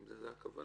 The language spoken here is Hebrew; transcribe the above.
אם זאת הכוונה.